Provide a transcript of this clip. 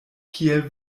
kiel